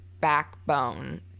backbone